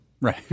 Right